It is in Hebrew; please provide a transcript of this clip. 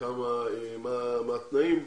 מה התנאים.